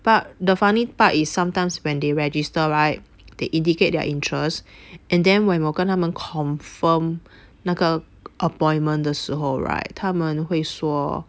but the funny part is sometimes when they register right they indicate their interest and then when 我跟他们 confirm 那个 appointment 的时候 right 他们会说